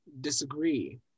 disagree